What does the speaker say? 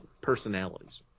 personalities